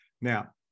Now